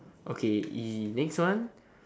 okay next one